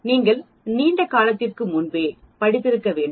நீங்கள் நீண்ட காலத்திற்கு முன்பே படித்திருக்க வேண்டும்